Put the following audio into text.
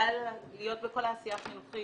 גאה להיות בכל העשייה החינוכית